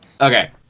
Okay